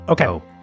Okay